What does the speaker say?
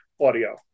audio